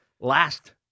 last